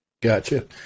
Gotcha